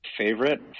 favorite